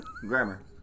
Grammar